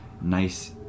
nice